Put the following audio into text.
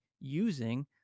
using